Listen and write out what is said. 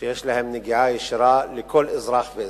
שיש להם נגיעה ישירה, לכל אזרח ואזרח,